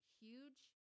huge